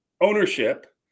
ownership